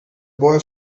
boy